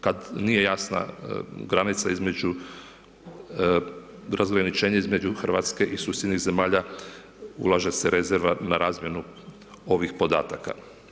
Dakle, kad nije jasna granica između razgraničenja između Hrvatske i susjednih zemalja, ulaže se rezerva na razmjenu ovih podataka.